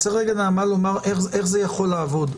צריך לומר איך זה יכול לעבוד.